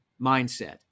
mindset